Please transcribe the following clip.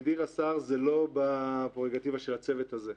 הגדיר השר, זה לא בפררוגטיבה של הצוות הזה.